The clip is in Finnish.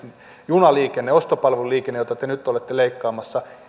junaliikenne ostopalveluliikenne jota te nyt olette leikkaamassa